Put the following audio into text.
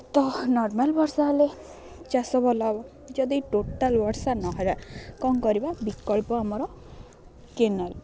ତ ନର୍ମାଲ୍ ବର୍ଷା ହେଲେ ଚାଷ ଭଲ ହେବ ଯଦି ଟୋଟାଲ୍ ବର୍ଷା ନ ହେଲା କ'ଣ କରିବା ବିକଳ୍ପ ଆମର କେନାଲ୍